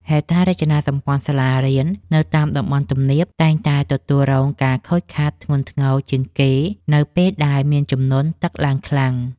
ហេដ្ឋារចនាសម្ព័ន្ធសាលារៀននៅតាមតំបន់ទំនាប តែងតែទទួលរងការខូចខាតធ្ងន់ធ្ងរជាងគេ នៅពេលដែលមានជំនន់ទឹកឡើងខ្លាំង។